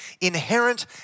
inherent